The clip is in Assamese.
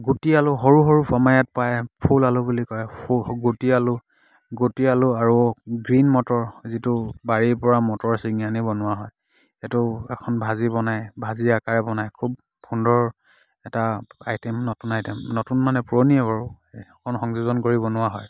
গুটি আলু সৰু সৰু আমাৰ ইয়াত পায় ফুল আলু বুলি কয় ফু গুটি আলু গুটি আলু আৰু গ্ৰীণ মটৰ যিটো বাৰীৰ পৰা মটৰ ছিঙি আনি বনোৱা হয় সেইটো এখন ভাজি বনায় ভাজি আকাৰে বনায় খুব সুন্দৰ এটা আইটেম নতুন আইটেম নতুন মানে পুৰণিয়েই বাৰু অকণ সংযোজন কৰি বনোৱা হয়